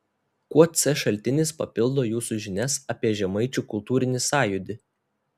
kuo c šaltinis papildo jūsų žinias apie žemaičių kultūrinį sąjūdį